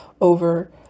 over